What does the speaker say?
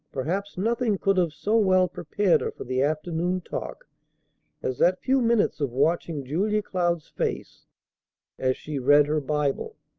perhaps nothing could have so well prepared her for the afternoon talk as that few minutes of watching julia cloud's face as she read her bible,